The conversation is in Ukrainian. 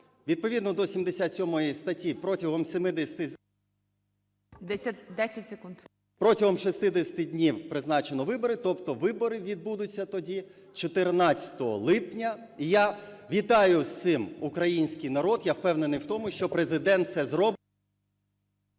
секунд. ПАПІЄВ М.М. … протягом 60 днів призначено вибори, тобто вибори відбудуться тоді 14 липня. І я вітаю з цим український народ, я впевнений в тому, що Президент це зробить…